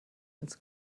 ins